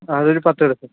ആ അതൊരു പത്തെടുത്തോ